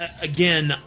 again